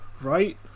Right